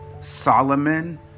Solomon